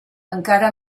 encara